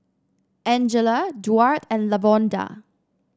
Angela Duard and Lavonda